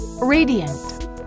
radiant